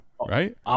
Right